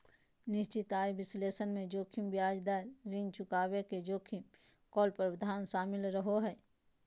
निश्चित आय विश्लेषण मे जोखिम ब्याज दर, ऋण चुकाबे के जोखिम, कॉल प्रावधान शामिल रहो हय